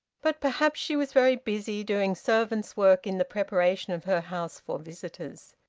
but perhaps she was very busy, doing servant's work in the preparation of her house for visitors.